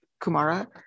Kumara